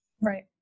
Right